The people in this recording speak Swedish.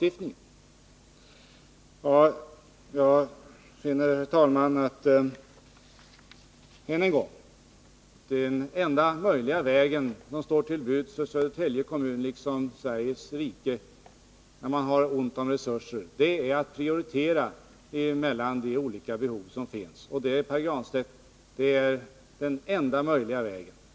Jag konstaterar, herr talman, än en gång att den enda väg som står till buds för Södertälje kommun liksom för Sveriges rike när man har ont om resurser är att prioritera mellan de olika behov som finns. Detta, Pär Granstedt, är den enda möjliga vägen.